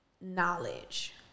knowledge